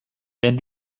wenn